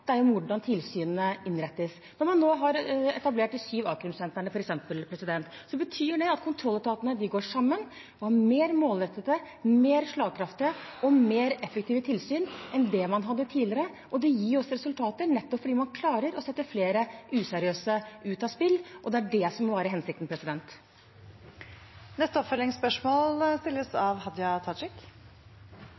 det er hvordan tilsynet innrettes. Når man nå har etablert de syv a-krimsentrene, f.eks., betyr det at kontrolletatene går sammen. Man har mer målrettede, mer slagkraftige og mer effektive tilsyn enn det man hadde tidligere. Det gir også resultater, nettopp fordi man klarer å sette flere useriøse ut av spill – og det er det som må være hensikten. Det blir oppfølgingsspørsmål